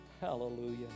hallelujah